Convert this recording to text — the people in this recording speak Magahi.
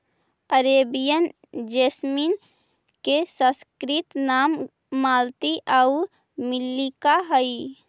अरेबियन जैसमिन के संस्कृत नाम मालती आउ मल्लिका हइ